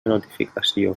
notificació